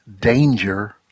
danger